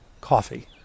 coffee